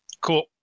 Cool